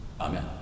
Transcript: Amen